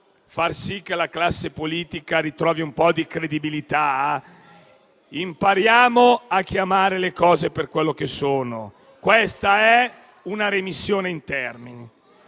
far sì che la classe politica ritrovi un po' di credibilità, impariamo a chiamare le cose per quello che sono: questa è una rimessione in termini.